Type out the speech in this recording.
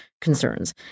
concerns